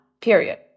period